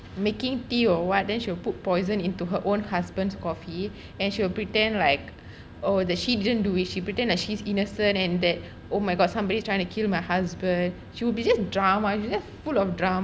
making tea or what then she will put poison into her own husband's coffee and she will pretend like oh the she didn't do it she pretend as she's innocent and that oh my god somebody's trying to kill my husband she will be just drama she's just full of drama